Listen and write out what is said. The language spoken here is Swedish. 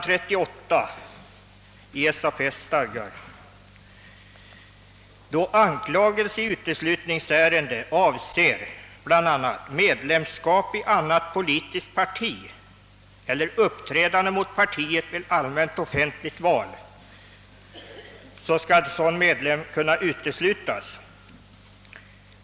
38 i SAP:s stadgar att medlem som an politiskt parti eller uppträdande met partiet vid allmänt offentligt val» skall kunna uteslutas.